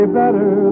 better